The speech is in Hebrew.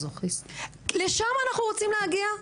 לשמה אנחנו רוצים להגיע?